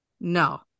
no